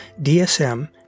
DSM